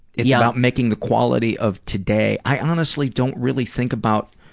it's about making the quality of today i honestly don't really think about